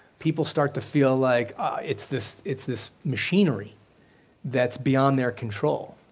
people start to feel like it's this it's this machinery that's beyond their control,